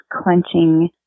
clenching